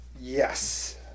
yes